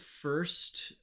first